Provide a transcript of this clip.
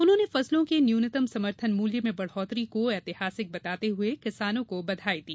उन्होंने फसलों के न्यूनतम समर्थन मूल्य में बढ़ोतरी को ऐतिहासिक बताते हुए किसानों को बधाई दी